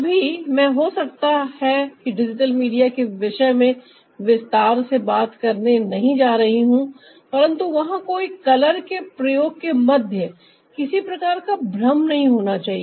अभी मैं हो सकता है कि डिजिटल मीडिया के विषय में विस्तार से बात करने नहीं जा रही हूं परंतु वहां कोई कलर के प्रयोग के मध्य किसी प्रकार का भ्रम नहीं होना चाहिए